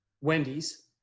Wendy's